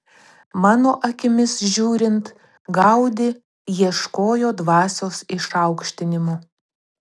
mano akimis žiūrint gaudi ieškojo dvasios išaukštinimo